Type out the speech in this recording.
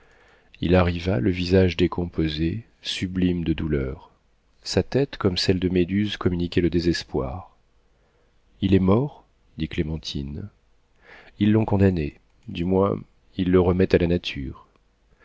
il arriva le visage décomposé sublime de douleur sa tête comme celle de méduse communiquait le désespoir il est mort dit clémentine ils l'ont condamné du moins ils le remettent à la nature